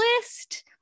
list